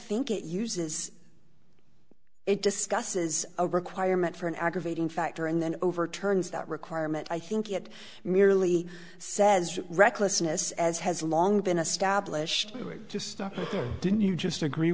think it uses it discusses a requirement for an aggravating factor and then overturns that requirement i think it merely says recklessness as has long been a stablished really just didn't you just agree